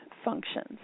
Functions